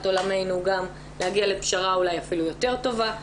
עולמנו גם להגיע לפשרה אולי אפילו יותר טובה.